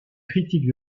critiques